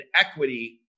equity